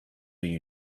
you